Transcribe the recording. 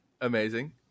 Amazing